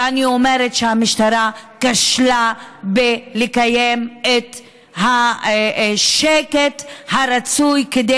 ואני אומרת שהמשטרה כשלה בקיום השקט הרצוי כדי